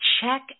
check